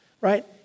right